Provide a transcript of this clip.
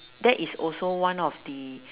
that is also one of the